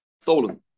stolen